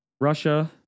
Russia